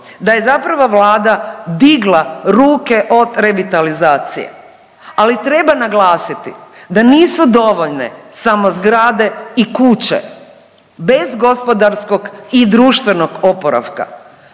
da je zapravo Vlada digla ruke od revitalizacije. Ali treba naglasiti da nisu dovoljne samo zgrade i kuće bez gospodarskog i društvenog oporavka